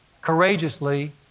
courageously